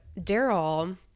Daryl